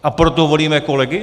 A proto volíme kolegy?